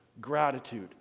gratitude